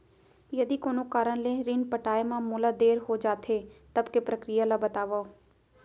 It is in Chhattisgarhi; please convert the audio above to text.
यदि कोनो कारन ले ऋण पटाय मा मोला देर हो जाथे, तब के प्रक्रिया ला बतावव